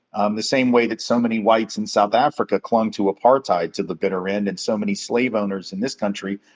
um the same way that so many whites in south africa clung to apartheid to the bitter end, and so many slave owners in this country,